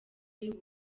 bw’u